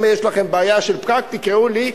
אם יש לכם בעיה של פקק תקראו לי,